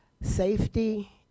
Safety